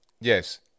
Yes